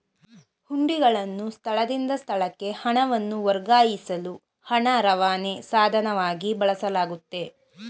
ಹುಂಡಿಗಳನ್ನು ಸ್ಥಳದಿಂದ ಸ್ಥಳಕ್ಕೆ ಹಣವನ್ನು ವರ್ಗಾಯಿಸಲು ಹಣ ರವಾನೆ ಸಾಧನವಾಗಿ ಬಳಸಲಾಗುತ್ತೆ